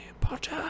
Potter